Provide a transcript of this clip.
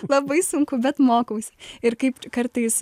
labai sunku bet mokausi ir kaip kartais